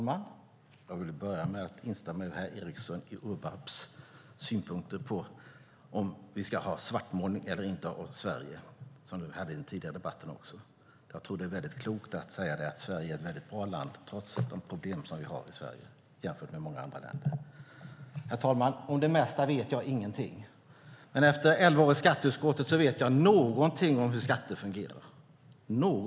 Herr talman! Jag instämmer i herr Ericson i Ubbhults synpunkter på om vi ska ha svartmålning eller inte av Sverige, vilket kom upp i en tidigare debatt också. Jag tror att det är klokt att säga att Sverige är ett väldigt bra land jämfört med många andra länder trots de problem vi har. Herr talman! Om det mesta vet jag ingenting. Men efter elva år i skatteutskottet vet jag någonting om hur skatter fungerar.